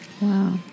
Wow